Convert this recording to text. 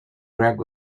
greg